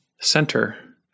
center